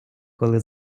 коли